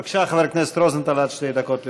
בבקשה, חבר הכנסת רוזנטל, עד שתי דקות לרשותך.